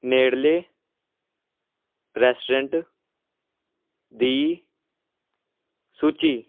ਨੇੜਲੇ ਰੈਸਟੋਰੈਂਟ ਦੀ ਸੂਚੀ